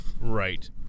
Right